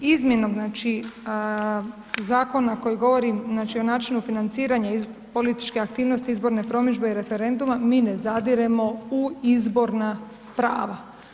Izmjenom znači Zakona koji govori znači o načinu financiranja političke aktivnosti izborne promidžbe i referenduma, mi ne zadiremo u izborna prava.